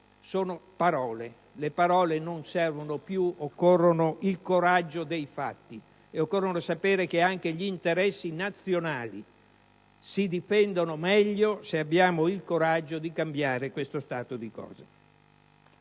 siano cose che non servono più. Occorre il coraggio dei fatti e sapere che anche gli interessi nazionali si difendono meglio se abbiamo il coraggio di cambiare questo stato di cose.